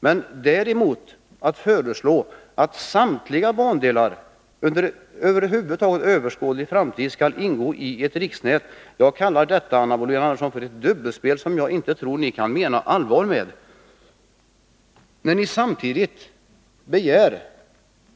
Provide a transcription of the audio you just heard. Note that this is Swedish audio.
Men att däremot föreslå att samtliga bandelar under överskådlig framtid skall ingå i ett riksnät, Anna Wohlin-Andersson, kallar jag för ett dubbelspel, som jag inte tror att ni kan mena allvar med, när ni samtidigt begär